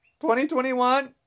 2021